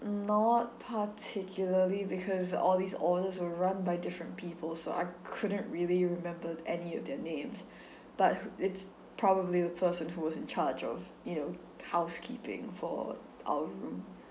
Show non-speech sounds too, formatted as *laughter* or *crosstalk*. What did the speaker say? not particularly because all these orders were run by different people so I couldn't really remember any of their names *breath* but it's probably the person who was in charge of you know housekeeping for our room